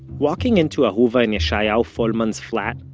walking into ahuva and yeshayahu folman's flat,